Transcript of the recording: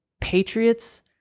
Patriots